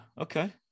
Okay